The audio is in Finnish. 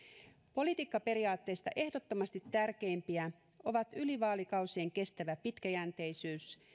politiikkaperiaatteista ehdottomasti tärkeimpiä ovat yli vaalikausien kestävä pitkäjänteisyys